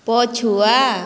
ପଛୁଆ